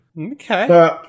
okay